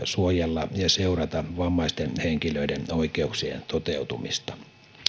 suojella ja seurata vammaisten henkilöiden oikeuksien toteutumista